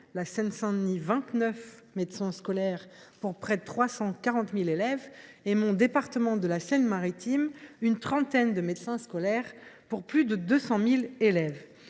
la Seine Saint Denis, 29 médecins scolaires pour près de 340 000 élèves, et mon département de la Seine Maritime une trentaine de médecins scolaires pour plus de 200 000 élèves.